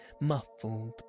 muffled